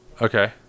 Okay